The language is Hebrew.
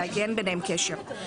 כי אין ביניהן קשר.